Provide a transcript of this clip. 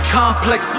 complex